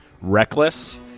reckless